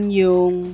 yung